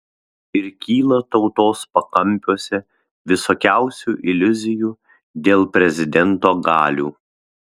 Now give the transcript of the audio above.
ir kyla tautos pakampiuose visokiausių iliuzijų dėl prezidento galių